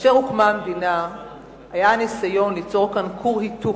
כאשר הוקמה המדינה היה ניסיון ליצור כאן כור היתוך,